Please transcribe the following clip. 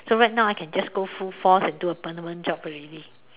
so right now I can just go full force and then do a permanent job already